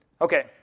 Okay